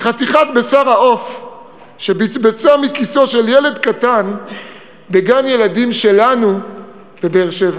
מחתיכת בשר העוף שבצבצה מכיסו של ילד קטן בגן-ילדים שלנו בבאר-שבע.